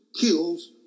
kills